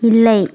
இல்லை